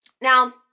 Now